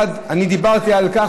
אני דיברתי על כך,